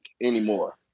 anymore